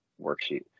worksheet